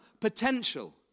potential